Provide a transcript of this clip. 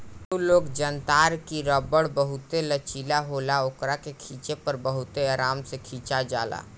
तू लोग जनतार की रबड़ बहुते लचीला होला ओकरा के खिचे पर बहुते आराम से खींचा जाला